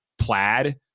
plaid